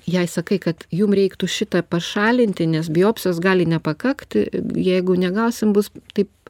jai sakai kad jum reiktų šitą pašalinti nes biopsijos gali nepakakt jeigu negausim bus taip